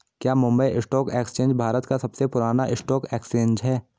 क्या Mumbai stock exchange Bharat का सबसे पुराना स्टॉक एक्सचेंज है?